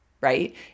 right